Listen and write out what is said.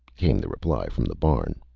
came the reply from the barn.